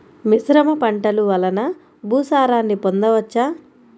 మిశ్రమ పంటలు వలన భూసారాన్ని పొందవచ్చా?